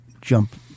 jump